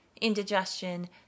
indigestion